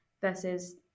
versus